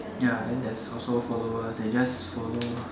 ya then there's followers they just follow lah